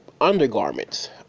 undergarments